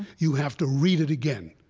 you have to read it again,